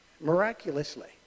Miraculously